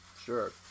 Sure